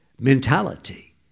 mentality